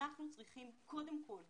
אנחנו צריכים קודם כל,